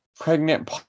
pregnant